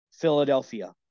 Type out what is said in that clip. Philadelphia